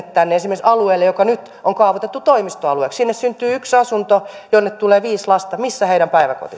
tänne esimerkiksi alueelle joka nyt on kaavoitettu toimistoalueeksi jos sinne syntyy yksi asunto jonne tulee viisi lasta missä on heidän päiväkotinsa